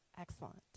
excellent